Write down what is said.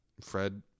Fred